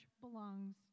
belongs